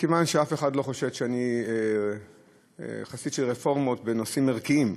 מכיוון שאף אחד לא חושד שאני חסיד של רפורמות בנושאים ערכיים,